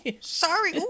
Sorry